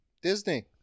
Disney